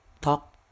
talk